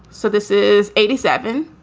so this is eighty seven.